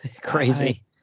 Crazy